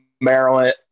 Maryland